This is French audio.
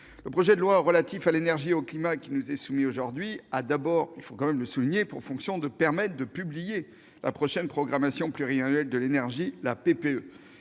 le projet de loi relatif à l'énergie et au climat qui nous est soumis aujourd'hui a d'abord pour fonction de permettre de publier la prochaine programmation pluriannuelle de l'énergie.